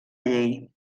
llei